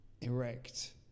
erect